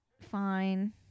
fine